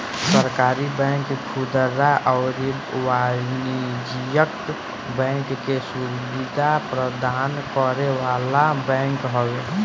सहकारी बैंक खुदरा अउरी वाणिज्यिक बैंकिंग के सुविधा प्रदान करे वाला बैंक हवे